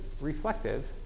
reflective